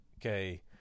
okay